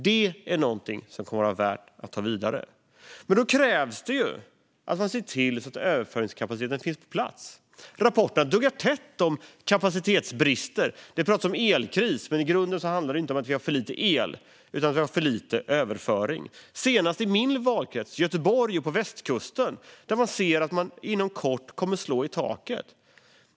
Det är något som kommer att vara värt att ta vidare. Men då krävs det att man ser till att överföringskapaciteten finns på plats. Rapporterna duggar tätt om kapacitetsbrist. Det pratas om elkris, men i grunden handlar det inte om att vi har för lite el utan om att vi har för lite överföring - senast i min valkrets Göteborg och på västkusten, där man ser att man inom kort kommer att slå i taket.